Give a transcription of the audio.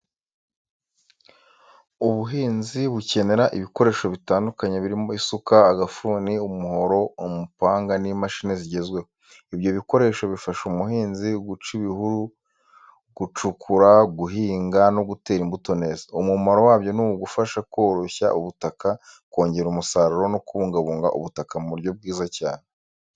Ubuhinzi bukenera ibikoresho bitandukanye birimo isuka, agafuni, umuhoro, umupanga n’imashini zigezweho. Ibyo bikoresho bifasha umuhinzi guca ibihuru, gucukura, guhinga no gutera imbuto neza. Umumaro wabyo ni ugufasha koroshya umurimo, kongera umusaruro no kubungabunga ubutaka mu buryo bwiza cyane.